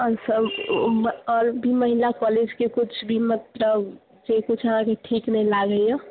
आओर सब ओ भी महिला कॉलेजके किछु भी मतलब जे किछु अहाँके ठीक नहि लागैए